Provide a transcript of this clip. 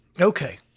Okay